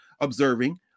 observing